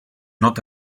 not